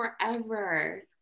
forever